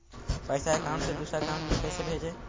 पैसा अकाउंट से दूसरा अकाउंट में कैसे भेजे?